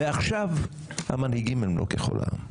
ועכשיו המנהיגים הם לא ככל העם.